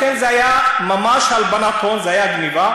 לכן זה היה ממש הלבנת הון, זו הייתה גנבה.